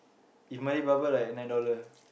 if Malay barber like nine dollar